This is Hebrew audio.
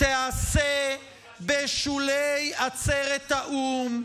תיעשה בשולי עצרת האו"ם,